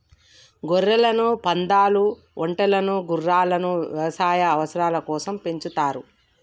గొర్రెలను, పందాలు, ఒంటెలను గుర్రాలను యవసాయ అవసరాల కోసం పెంచుతారు